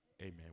Amen